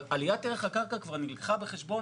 אבל עליית ערך הקרקע כבר נלקחה בחשבון